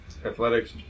Athletics